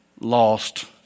lost